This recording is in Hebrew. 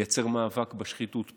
לייצר מאבק בשחיתות פה,